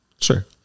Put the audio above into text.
Sure